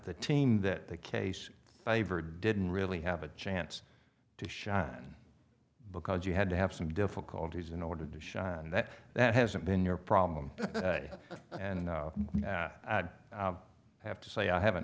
the team that the case favored didn't really have a chance to shine because you had to have some difficulties in order to show that that hasn't been your problem and i have to say i haven't